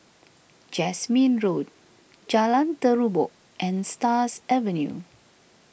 Jasmine Road Jalan Terubok and Stars Avenue